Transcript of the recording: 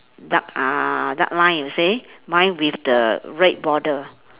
dark uh dark line you say mine with the red border